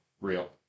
Real